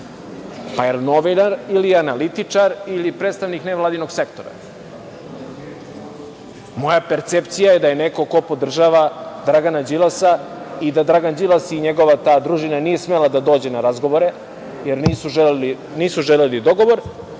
da li novinar ili analitičar ili predstavnik nevladinog sektora. Moja percepcija je da neko ko podržava Dragana Đilasa i da Dragan Đilas i njegova ta družina nije smela da dođe na razgovore, jer nisu želeli dogovor,